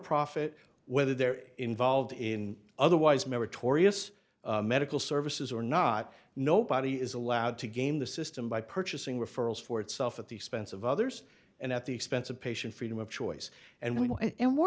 profit whether they're involved in otherwise meritorious medical services or not nobody is allowed to game the system by purchasing referrals for itself at the expense of others and at the expense of patient freedom of choice and we